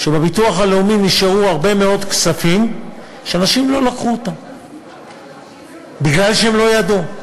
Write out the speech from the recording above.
שבביטוח הלאומי נשארו הרבה מאוד כספים שאנשים לא לקחו מפני שהם לא ידעו.